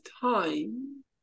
time